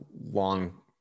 long